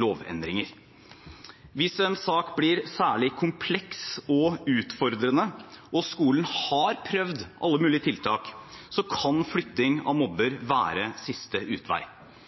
lovendringer. Hvis en sak blir særlig kompleks og utfordrende og skolen har prøvd alle mulige tiltak, kan flytting av mobber være siste utvei.